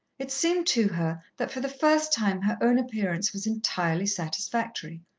it seemed to her that for the first time her own appearance was entirely satisfactory.